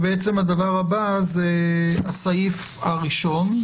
הדבר הבא הוא הסעיף הראשון,